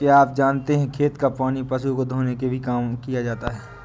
क्या आप जानते है खेत का पानी पशु को धोने के लिए भी किया जाता है?